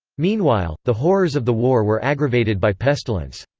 meanwhile, the horrors of the war were aggravated by pestilence.